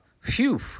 phew